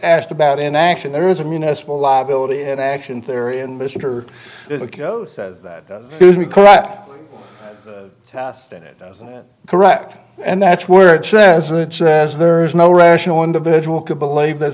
asked about in action there is a municipal law ability and action theri and mr says that we cannot test it doesn't it correct and that's where it says there is no rational individual could believe that